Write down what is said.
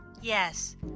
Yes